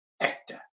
actor